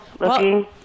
looking